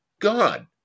God